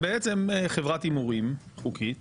הטוטו היום היא חברת הימורים חוקית